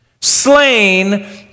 slain